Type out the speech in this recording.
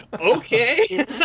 Okay